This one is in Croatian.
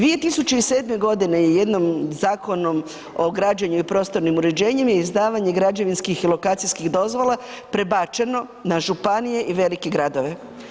2007.g. je jednom Zakonom o građenju i prostornim uređenjem je izdavanje građevinskih i lokacijskih dozvola prebačeno na županije i velike gradove.